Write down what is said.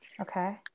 Okay